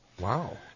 Wow